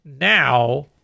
now